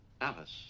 Alice